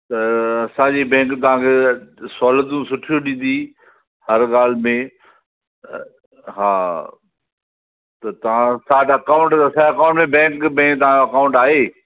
त असांजी बैंक तव्हांखे सोहलतियूं सुठियूं ॾींदी हर ॻाल्हि में हा त तव्हां तव्हांजो अकाउंट जो असांजे अकाउंट में बैंक में तव्हांजो अकाउंट आहे